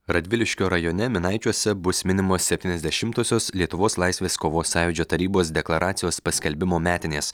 radviliškio rajone minaičiuose bus minimos septyniasdešimtosios lietuvos laisvės kovos sąjūdžio tarybos deklaracijos paskelbimo metinės